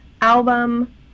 album